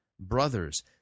Brothers